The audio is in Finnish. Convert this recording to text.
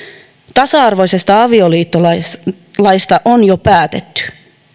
tasa arvoisesta avioliittolaista on jo päätetty